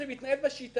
בשיטה הזו.